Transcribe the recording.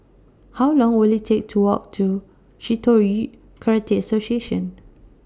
How Long Will IT Take to Walk to Shitoryu Karate Association